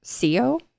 co